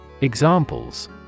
Examples